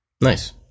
Nice